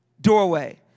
doorway